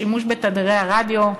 שימוש בתדרי הרדיו,